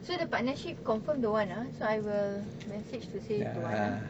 so the partnership confirm don't want ah so I will message to say don't want ah